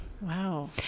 wow